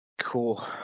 Cool